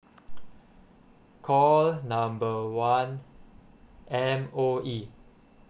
call number one M_O_E